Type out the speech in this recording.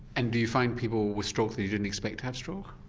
and do you find people with stroke that you didn't expect to have stroke?